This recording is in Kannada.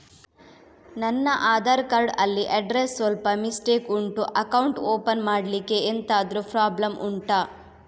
ನನ್ನ ಆಧಾರ್ ಕಾರ್ಡ್ ಅಲ್ಲಿ ಅಡ್ರೆಸ್ ಸ್ವಲ್ಪ ಮಿಸ್ಟೇಕ್ ಉಂಟು ಅಕೌಂಟ್ ಓಪನ್ ಮಾಡ್ಲಿಕ್ಕೆ ಎಂತಾದ್ರು ಪ್ರಾಬ್ಲಮ್ ಉಂಟಾ